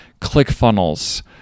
ClickFunnels